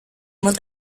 mit